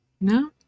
No